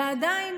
ועדיין,